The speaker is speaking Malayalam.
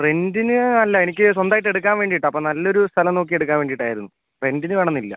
റെന്റിന് അല്ല എനിക്ക് സ്വന്തമായിട്ട് എടുക്കാൻ വേണ്ടിയിട്ടാണ് അപ്പം നല്ലൊരു സ്ഥലം നോക്കി എടുക്കാൻ വേണ്ടിയിട്ട് ആയിരുന്നു റെന്റിന് വേണെമെന്ന് ഇല്ല